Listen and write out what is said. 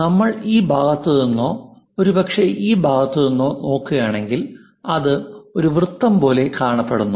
നമ്മൾ ഈ ഭാഗത്തു നിന്നോ ഒരുപക്ഷേ ഈ ഭാഗത്തു നിന്നോ നോക്കുകയാണെങ്കിൽ അത് ഒരു വൃത്തം പോലെ കാണപ്പെടുന്നു